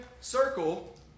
circle